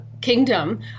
kingdom